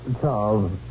Charles